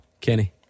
Kenny